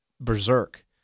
berserk